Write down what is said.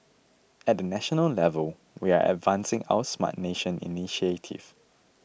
at the national level we are advancing our Smart Nation initiative